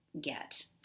get